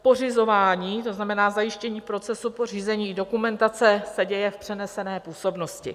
Pořizování, to znamená zajištění procesu pořízení dokumentace, se děje v přenesené působnosti.